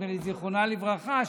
זיכרונה לברכה,